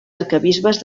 arquebisbes